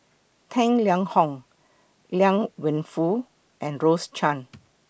Tang Liang Hong Liang Wenfu and Rose Chan